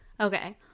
Okay